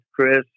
Chris